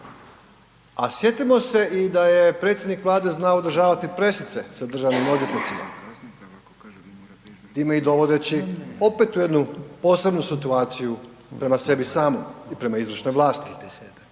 A sjetimo se i da je predsjednik Vlade znao održavati presice sa državnim odvjetnicima time ih dovodeći opet u jednu posebnu situaciju prema sebi samom i prema izvršnoj vlasti.